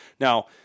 Now